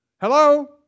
Hello